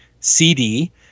CD